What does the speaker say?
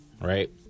right